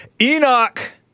Enoch